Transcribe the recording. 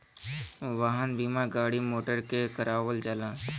वाहन बीमा गाड़ी मोटर के करावल जाला